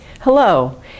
Hello